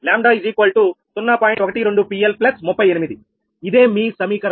12 PL38 ఇదే మీ సమీకరణం 8